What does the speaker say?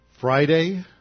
Friday